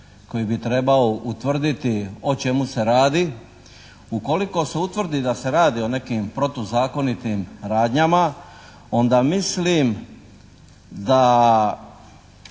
koji bi trebao utvrditi o čemu se radi, ukoliko se utvrdi da se radi o nekim protuzakonitim radnjama, onda mislim da